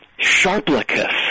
Sharplicus